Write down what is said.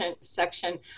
section